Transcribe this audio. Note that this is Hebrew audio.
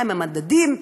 מהם המדדים,